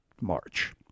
March